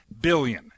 billion